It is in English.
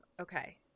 Okay